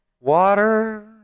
Water